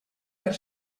per